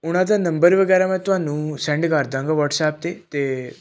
ਉਨ੍ਹਾਂ ਦਾ ਨੰਬਰ ਵਗੈਰਾ ਮੈਂ ਤੁਹਾਨੂੰ ਸੈਂਡ ਕਰ ਦਾਂਗਾ ਵਟਸਐਪ 'ਤੇ ਅਤੇ